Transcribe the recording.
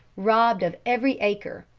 robbed of every acre,